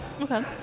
Okay